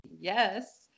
Yes